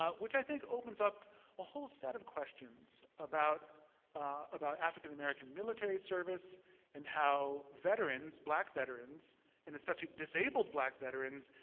ah which i think opens up a whole set of questions about about african american military service and how veterans, black veterans and especially disabled black veterans,